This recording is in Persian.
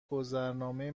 گذرنامه